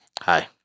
Hi